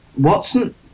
Watson